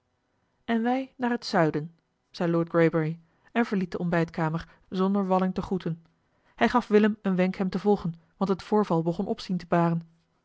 en wij naar het zuiden zei lord greybury en verliet de ont bijtkamer zonder walling te groeten hij gaf willem een wenk hem te volgen want het voorval begon opzien te baren